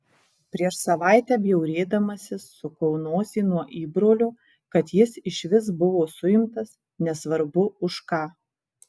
prieš savaitę bjaurėdamasi sukau nosį nuo įbrolio kad jis išvis buvo suimtas nesvarbu už ką